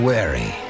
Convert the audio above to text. Wary